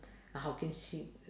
how can she